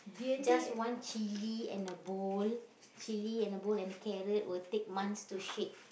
just one chilli and a bowl chilli and a bowl and a carrot will take months to shade